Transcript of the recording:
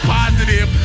positive